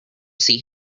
see